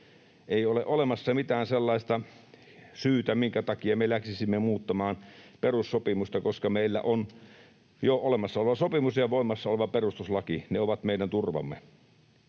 Ei ole olemassa mitään sellaista syytä, minkä takia me läksisimme sinne muuttamaan perussopimusta, koska meillä on jo olemassa oleva sopimus ja voimassa oleva perustuslaki. Ne ovat meidän turvamme.